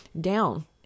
down